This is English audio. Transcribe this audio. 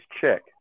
check